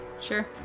Sure